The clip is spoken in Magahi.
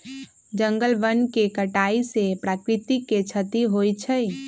जंगल वन के कटाइ से प्राकृतिक के छति होइ छइ